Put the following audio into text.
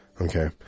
Okay